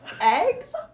eggs